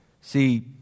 See